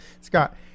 Scott